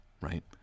Right